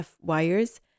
wires